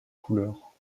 couleur